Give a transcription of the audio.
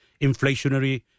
inflationary